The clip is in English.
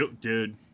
Dude